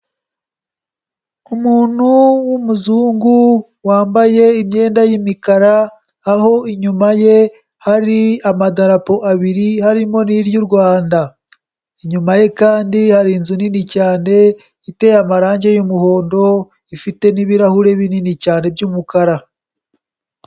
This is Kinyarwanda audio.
Umuntu w'umuzungu wambaye imyenda y'imikara, aho inyuma ye hari amadarapo abiri, harimo n'iry'u Rwanda, inyuma ye kandi hari inzu nini cyane iteye amarangi y'umuhondo, ifite n'ibirahure binini cyane by'umukara.